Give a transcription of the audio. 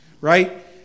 Right